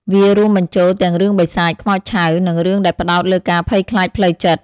វារួមបញ្ចូលទាំងរឿងបិសាច ខ្មោចឆៅ និងរឿងដែលផ្ដោតលើការភ័យខ្លាចផ្លូវចិត្ត។